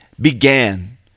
began